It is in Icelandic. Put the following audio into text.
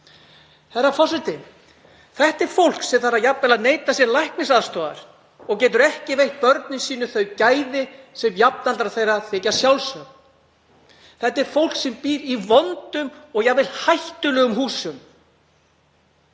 Þetta er fólk sem þarf jafnvel að neita sér um læknisaðstoð og getur ekki veitt börnum sínum þau gæði sem jafnöldrum þeirra þykja sjálfsögð. Þetta er fólk sem býr í vondum og jafnvel hættulegum húsum.